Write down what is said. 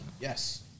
yes